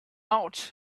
out